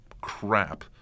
crap